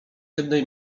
jednej